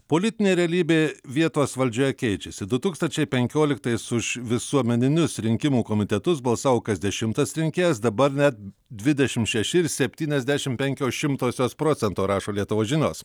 politinė realybė vietos valdžioje keičiasi du tūkstančiai penkioliktais už visuomeninius rinkimų komitetus balsavo kas dešimtas rinkėjas dabar net dvidešimt šeši ir septyniasdešim penkios šimtosios procento rašo lietuvos žinios